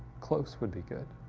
close would be good.